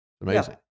Amazing